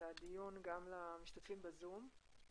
הדיון גם למשתתפים בזום,